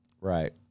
Right